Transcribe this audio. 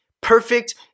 Perfect